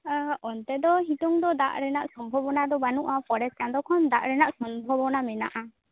ᱟ ᱚᱱᱛᱮ ᱫᱚ ᱥᱤᱛᱩᱝ ᱫᱚ ᱫᱟᱜ ᱨᱮᱱᱟᱜ ᱥᱚᱢᱵᱷᱚᱵᱚᱱᱟ ᱫᱚ ᱵᱟᱹᱱᱩᱜᱼᱟ ᱯᱚᱨᱮᱨ ᱪᱟᱸᱫᱳ ᱠᱷᱚᱱ ᱫᱟᱜ ᱨᱮᱱᱟᱜ ᱥᱚᱢᱵᱷᱚᱵᱚᱱᱟ ᱢᱮᱱᱟᱜᱼᱟ